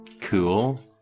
Cool